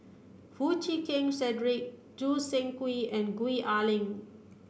Foo Chee Keng Cedric Choo Seng Quee and Gwee Ah Leng